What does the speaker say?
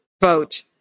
vote